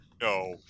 No